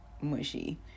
mushy